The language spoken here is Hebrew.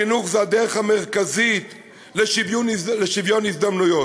החינוך הוא הדרך המרכזית לשוויון הזדמנויות,